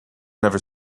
never